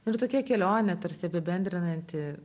nu ir tokia kelionė tarsi apibendrinanti